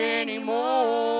anymore